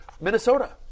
Minnesota